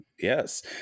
Yes